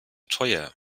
teuer